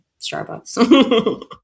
Starbucks